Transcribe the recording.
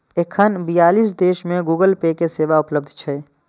एखन बियालीस देश मे गूगल पे के सेवा उपलब्ध छै